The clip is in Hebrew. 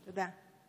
תודה.